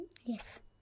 Yes